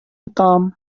tom